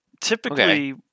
Typically